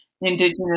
indigenous